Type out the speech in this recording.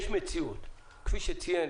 כפי שציין